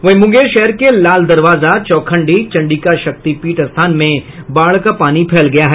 वहीं मुंगेर शहर के लाल दरवाजा चौखंडी चंडिका शक्तिपीठ स्थान में बाढ़ का पानी फैल गया है